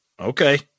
okay